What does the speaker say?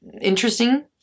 interesting